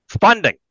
funding